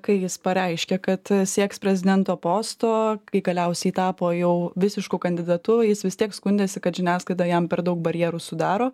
kai jis pareiškė kad sieks prezidento posto kai galiausiai tapo jau visišku kandidatu jis vis tiek skundėsi kad žiniasklaida jam per daug barjerų sudaro